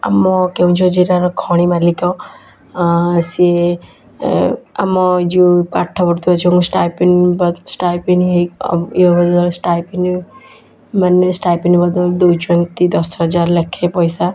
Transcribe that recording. ଆମ କେଉଁଝର ଜିଲ୍ଲାର ଖଣି ମାଲିକ ସିଏ ଏ ଆମ ଯେଉଁ ପାଠ ପଢ଼ୁଥିବା ଝିଅଙ୍କୁ ଷ୍ଟାଇପେଣ୍ଡ୍ ବା ଷ୍ଟାଇପେଣ୍ଡ୍ ଷ୍ଟାଇପେଣ୍ଡ୍ ମାନେ ଷ୍ଟାଇପେଣ୍ଡ୍ ମଧ୍ୟ ଦେଉଛନ୍ତି ଦଶ ହଜାର ଲେଖାଏଁ ପଇସା